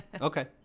Okay